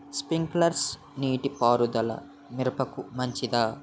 Sprinkler నీటిపారుదల మిరపకు మంచిదా?